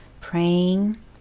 praying